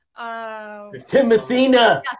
Timothina